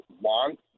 want